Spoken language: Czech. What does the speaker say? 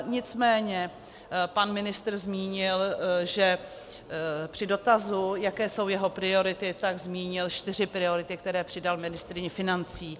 Nicméně pan ministr zmínil, při dotazu, jaké jsou jeho priority, tak zmínil čtyři priority, které přidal ministryni financí.